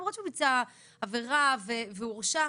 למרות שהוא ביצע עבירה והוא הורשע.